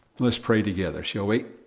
let's pray together, shall we?